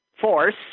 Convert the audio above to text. force